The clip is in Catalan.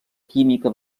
química